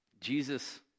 Jesus